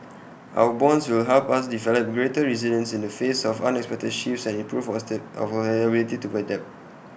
our bonds will help us develop greater resilience in the face of unexpected shifts and improve our our ability to adapt